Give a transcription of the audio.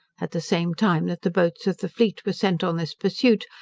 at the same time that the boats of the fleet were sent on this pursuit,